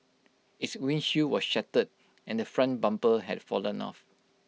its windshield was shattered and the front bumper had fallen off